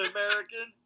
American